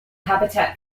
habitat